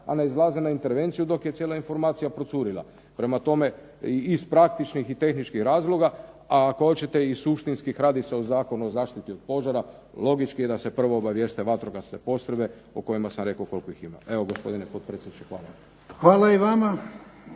a ne izlaze na intervenciju dok je cijela informacija procurila. Prema tome, iz praktičnih i tehničkih razloga, a ako hoćete i suštinskih radi se o Zakonu o zaštiti od požara, logički je da se prvo obavijeste vatrogasne postrojbe o kojima sam rekao koliko ih ima. Evo gospodine potpredsjedniče, hvala. **Jarnjak,